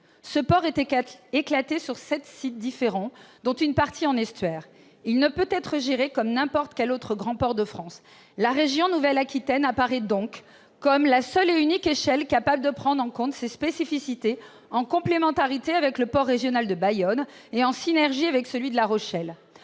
Ce port est éclaté sur sept sites différents, dont une partie en estuaire. Il ne peut être géré comme n'importe quel autre grand port de France. La région Nouvelle-Aquitaine apparaît donc comme la seule et unique échelle capable de prendre en compte ses spécificités, en complémentarité avec le port régional de Bayonne et en synergie avec celui de La Rochelle.